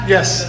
Yes